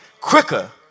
quicker